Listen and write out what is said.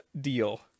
Deal